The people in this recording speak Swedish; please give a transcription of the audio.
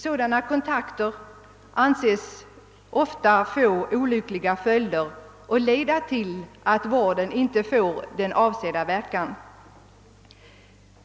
Sådana kontakter anses ofta få olyckliga följder och leda till att vården inte får den avsedda verkan.